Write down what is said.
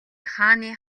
хааны